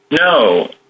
No